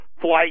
flight